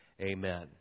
Amen